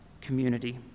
community